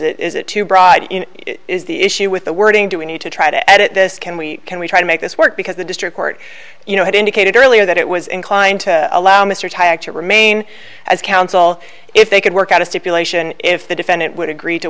it is it too broad is the issue with the wording do we need to try to edit this can we can we try to make this work because the district court you know had indicated earlier that it was inclined to allow mr tighe to remain as counsel if they could work out a stipulation if the defendant would agree to